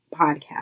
podcast